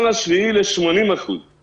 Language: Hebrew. ב-1 ביולי 80% גבייה.